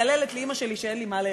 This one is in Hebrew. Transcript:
ומייללת לאימא שלי שאין לי מה לאכול.